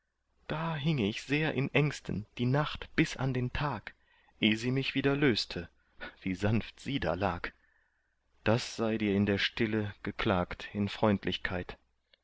da hing ich sehr in ängsten die nacht bis an den tag eh sie mich wieder löste wie sanft sie da lag das sei dir in der stille geklagt in freundlichkeit